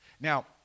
Now